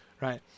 right